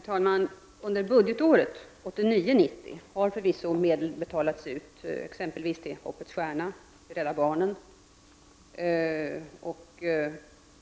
Herr talman! Under budgetåret 1989/90 har förvisso medel betalats ut, exempelvis till Hoppets stjärna, Rädda barnen och